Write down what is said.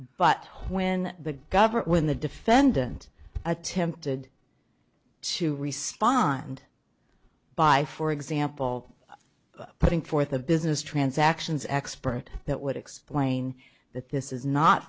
but when the government when the defendant attempted to respond by for example putting forth a business transactions expert that would explain that this is not